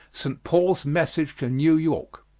st. paul's message to new york.